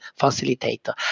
facilitator